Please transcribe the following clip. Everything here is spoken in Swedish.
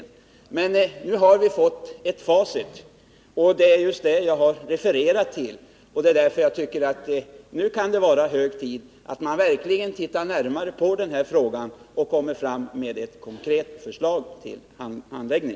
Nu har vi emellertid fått ett facit, och det är just till detta som jag har refererat. Därför tycker jag att det nu kan vara på tiden att titta närmare på denna fråga och komma fram med ett konkret förslag till handläggning.